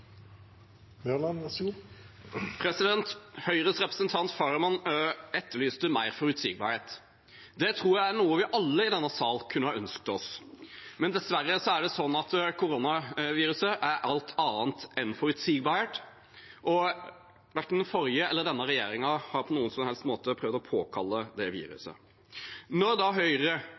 noe vi alle i denne salen kunne ha ønsket oss, men dessverre er koronaviruset alt annet enn forutsigbart, og verken den forrige eller denne regjeringen har på noen som helst måte prøvd å påkalle det viruset.